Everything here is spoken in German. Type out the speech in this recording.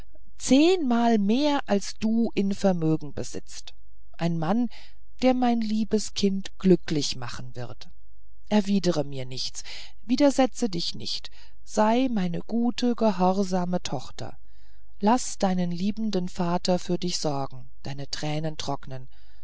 zehnmal mehr als du in vermögen besitzt ein mann der mein liebes kind glücklich machen wird erwidere mir nichts widersetze dich nicht sei meine gute gehorsame tochter laß deinen liebenden vater für dich sorgen deine tränen trocknen